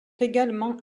également